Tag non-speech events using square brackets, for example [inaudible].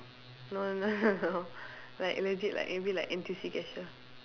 no no no no [laughs] like legit like maybe like N_T_U_C cashier